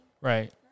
Right